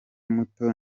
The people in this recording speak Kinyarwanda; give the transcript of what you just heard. muto